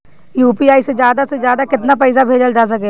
UPI से ज्यादा से ज्यादा केतना पईसा भेजल जा सकेला?